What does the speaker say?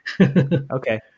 Okay